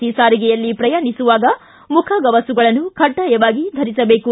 C ಸಾರಿಗೆಯಲ್ಲಿ ಪ್ರಯಾಣಿಸುವಾಗ ಮುಖಗವಸುಗಳನ್ನು ಖಡ್ಡಾಯವಾಗಿ ಧರಿಸಬೇಕು